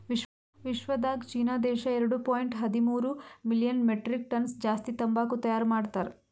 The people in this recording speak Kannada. ವಿಶ್ವದಾಗ್ ಚೀನಾ ದೇಶ ಎರಡು ಪಾಯಿಂಟ್ ಹದಿಮೂರು ಮಿಲಿಯನ್ ಮೆಟ್ರಿಕ್ ಟನ್ಸ್ ಜಾಸ್ತಿ ತಂಬಾಕು ತೈಯಾರ್ ಮಾಡ್ತಾರ್